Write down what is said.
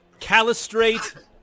Calistrate